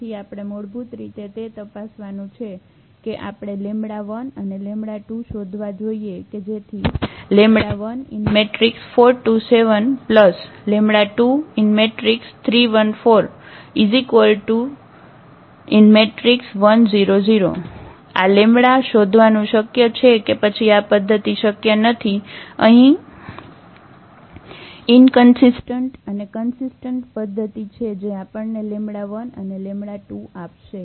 તેથી આપણે મૂળભૂત રીતે તે તપાસવાનું છે કે આપણે 𝜆1 અને 𝜆2 શોધવા જોઈએ કે જેથી 1 4 2 7 23 1 4 1 0 0 આ લેમ્બડા શોધવાનું શક્ય છે કે પછી આ પદ્ધતિ શક્ય નથી અહીં ઈનકન્સિસ્ટન્ટ અથવા કન્સિસ્ટન્ટ પદ્ધતિ છે જે આપણને 𝜆1 અને 𝜆2 આપશે